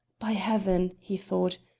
by heaven! he thought,